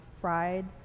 fried